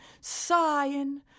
sighing